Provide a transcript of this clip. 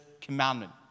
commandment